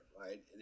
right